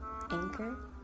Anchor